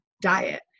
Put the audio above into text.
diet